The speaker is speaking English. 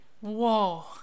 Whoa